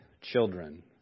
children